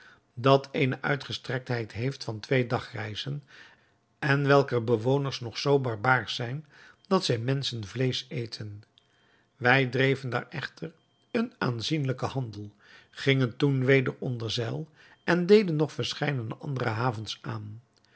dat eene uitgestrektheid heeft van twee dagreizen en welker bewoners nog zoo barbaarsch zijn dat zij menschenvleesch eten wij dreven daar echter een aanzienlijken handel gingen toen weder onder zeil en deden nog verscheidene andere havens aan